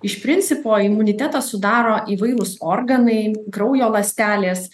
iš principo imunitetą sudaro įvairūs organai kraujo ląstelės